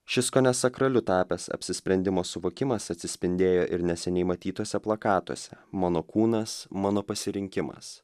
šis kone sakraliu tapęs apsisprendimo suvokimas atsispindėjo ir neseniai matytose plakatuose mano kūnas mano pasirinkimas